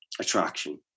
attraction